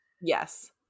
Yes